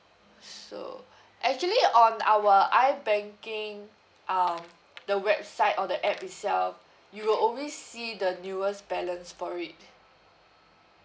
so actually on our ibanking ah the website or the app itself you will always see the newest balance for it